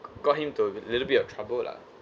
got him to a little bit of trouble lah